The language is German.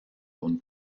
und